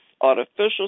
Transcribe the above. artificial